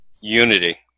unity